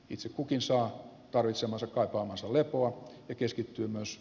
itse kukin saa tarvitsemansa kaipaamansa lippua ja keskittyy myös